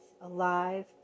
alive